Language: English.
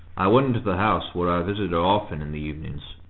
i went into the house, where i visited often in the evenings.